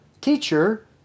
teacher